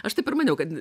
aš taip ir maniau kad